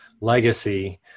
legacy